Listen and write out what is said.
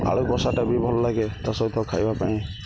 ଆଳୁ କଷାଟା ବି ଭଲ ଲାଗେ ତା' ସହିତ ଖାଇବା ପାଇଁ